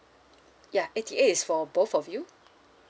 ya eighty eight is for both of you